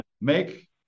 make